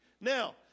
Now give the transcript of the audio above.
Now